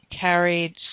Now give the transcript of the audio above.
carried